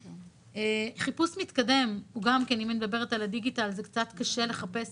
אם אני מדברת על הדיגיטל, אז קצת קשה לחפש